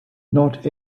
not